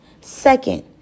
Second